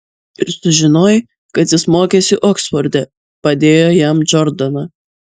ir sužinojai kad jis mokėsi oksforde padėjo jam džordana